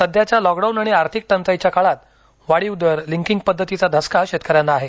सध्याच्या लॉकडाऊन आणि आर्थिक टंचाईच्या काळात वाढीव दर लिकिंग पद्धतीचा धसका शेतकऱ्यांना आहे